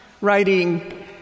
writing